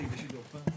מרפסות סוכה.